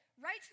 right